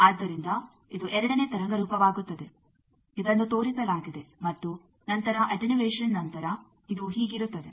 ಆದ್ದರಿಂದ ಇದು ಎರಡನೇ ತರಂಗ ರೂಪವಾಗುತ್ತದೆ ಇದನ್ನು ತೋರಿಸಲಾಗಿದೆ ಮತ್ತು ನಂತರ ಅಟೆನ್ಯುಯೇಶನ್ ನಂತರ ಇದು ಹೀಗಿರುತ್ತದೆ